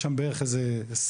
יש שם בערך עשרים,